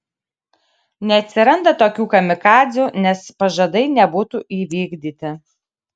neatsiranda tokių kamikadzių nes pažadai nebūtų įvykdyti